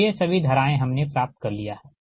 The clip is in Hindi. तो ये सभी धाराएँ हमने प्राप्त कर लिया है